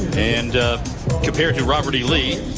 and compared to robert e. lee,